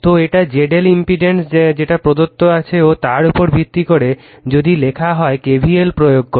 তো এটা ZL impedance যেটা প্রদত্ত আছে তার উপর ভিত্তি করে যদি লেখা হয় KVL প্রয়োগ করে